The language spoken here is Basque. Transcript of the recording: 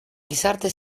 gizarte